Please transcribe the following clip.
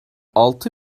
altı